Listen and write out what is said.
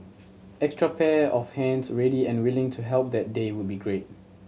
extra pair of hands ready and willing to help that day would be great